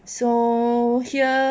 so here